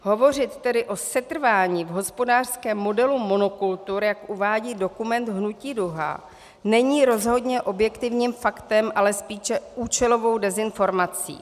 Hovořit tedy o setrvání v hospodářském modelu monokultur, jak uvádí dokument Hnutí Duha, není rozhodně objektivním faktem, ale spíše účelovou dezinformací.